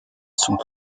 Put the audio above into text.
sont